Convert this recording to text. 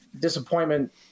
disappointment